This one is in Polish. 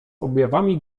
objawami